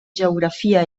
geografia